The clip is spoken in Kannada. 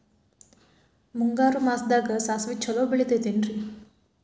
ಮುಂಗಾರು ಮಾಸದಾಗ ಸಾಸ್ವಿ ಛಲೋ ಬೆಳಿತೈತೇನ್ರಿ?